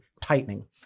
tightening